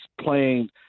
playing